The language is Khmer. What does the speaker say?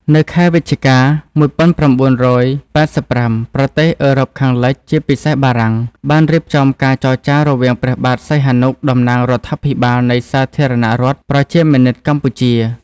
នៅខែវិច្ឆិកា ១៩៨៥ប្រទេសអឺរ៉ុបខាងលិច ជាពិសេសបារាំង បានរៀបចំការចរចារវាងព្រះបាទសីហនុតំណាងរដ្ឋាភិបាលនៃសាធារណៈរដ្ឋប្រជាមានិតកម្ពុជា ។